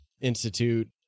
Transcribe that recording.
Institute